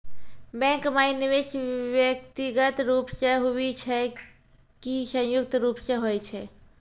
Bank माई निवेश व्यक्तिगत रूप से हुए छै की संयुक्त रूप से होय छै?